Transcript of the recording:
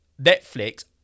Netflix